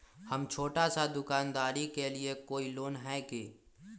हम छोटा सा दुकानदारी के लिए कोई लोन है कि?